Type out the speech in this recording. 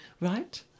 Right